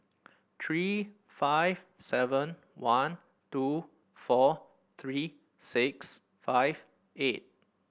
three five seven one two four three six five eight